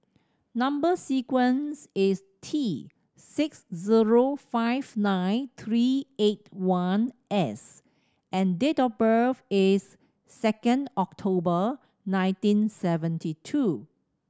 number sequence is T six zero five nine three eight one S and date of birth is second October nineteen seventy two